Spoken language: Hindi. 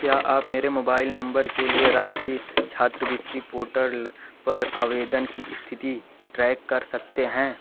क्या आप मेरे मोबाइल नम्बर के लिए राष्ट्रीय छात्रवृत्ति पोर्टल पर आवेदन की स्थिति ट्रैक कर सकते हैं